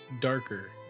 darker